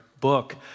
book